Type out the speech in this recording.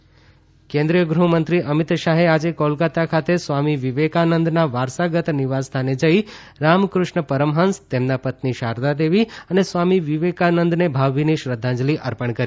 અમિત શાહ પશ્ચિમ બંગાળ કેન્દ્રીય ગુહ્મંત્રી અમિત શાહે આજે કોલકાતા ખાતે સ્વામી વિવેકાનંદના વારસાગત નિવાસસ્થાને જઈ રામકુષ્ણપરમહંસ તેમના પત્ની શારદાદેવી અને સ્વામી વિવેકાનંદને ભાવભીની શ્રદ્ધાંજલિ અર્પણ કરી